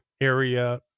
area